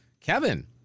Kevin